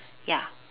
ya